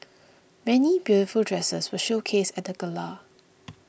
many beautiful dresses were showcased at the gala